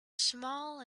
small